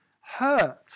hurt